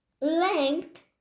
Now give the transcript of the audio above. Length